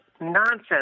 nonsense